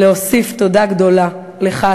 להוסיף תודה גדולה לך,